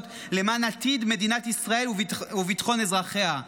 למען עתיד מדינת ישראל וביטחון אזרחיה.